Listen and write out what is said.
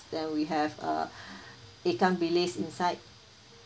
then we have uh ikan bilis inside